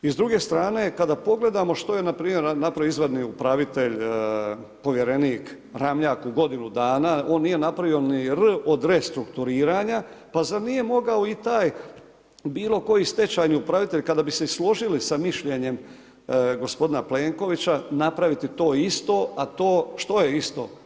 I s druge strane kada pogledamo što je npr. napravio izvanredni upravitelj povjerenik Ramljak u godinu dana, on nije napravio ni r od restrukturiranja, pa zar nije mogao i taj bilo koji stečajni upravitelj, kada bi se složili sa mišljenjem gospodina Plenkovića napraviti to isto, a to što je isto?